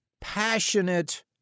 passionate